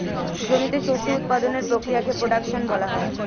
জমিতে শস্য উৎপাদনের প্রক্রিয়াকে প্রোডাকশন বলা হয়